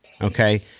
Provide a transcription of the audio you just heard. okay